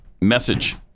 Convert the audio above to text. message